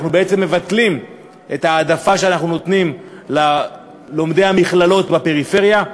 אנחנו בעצם מבטלים את ההעדפה שאנחנו נותנים ללומדי המכללות בפריפריה,